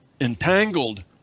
entangled